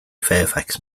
fairfax